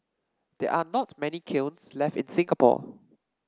there are not many kilns left in Singapore